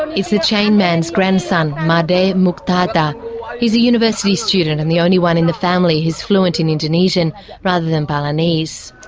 it's the chained man's grandson, um ah made mudarta. he's a university student and the only one in the family who's fluent in indonesian rather than balinese.